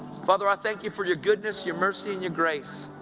father, i thank you for your goodness, your mercy and your grace,